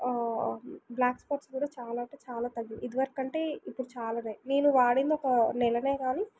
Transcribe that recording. black spots కూడా చాలా అంటే చాలా తగ్గినాయి ఇదివరకంటే ఇప్పుడు చాలానయం నేను వాడిందొక నెలనే గానీ